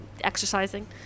exercising